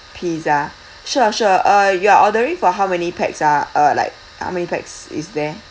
pizza sure sure uh you are ordering for how many pax ah uh like how many pax is there